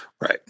Right